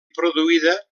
produïda